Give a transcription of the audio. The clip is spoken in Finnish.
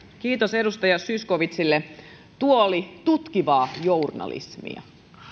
kiitos edustaja zyskowiczille tuo oli tutkivaa journalismia